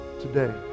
today